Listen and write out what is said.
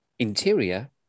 Interior